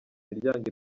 imiryango